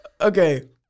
Okay